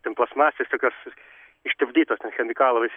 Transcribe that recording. ten plastmasės tokios ištirpdytas ten chemikalais